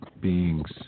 beings